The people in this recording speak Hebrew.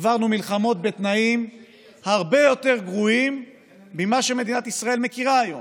עברנו מלחמות בתנאים הרבה יותר גרועים ממה שמדינת ישראל מכירה היום.